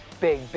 big